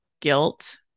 guilt